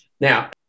Now